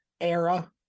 era